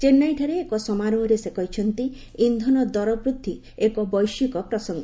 ଚେନ୍ନାଇଠାରେ ଏକ ସମାରୋହରେ ସେ କହିଛନ୍ତି ଇକ୍ଷନ ଦର ବୃଦ୍ଧି ଏକ ବୈଶ୍ୱିକ ପ୍ରସଙ୍ଗ